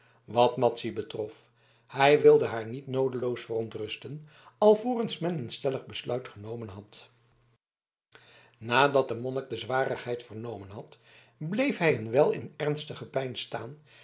wat madzy betrof hij wilde haar niet noodeloos verontrusten alvorens men een stellig besluit genomen had nadat de monnik de zwarigheid vernomen had bleef hij een wijl in ernstig gepeins staan